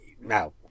now